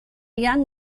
young